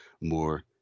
more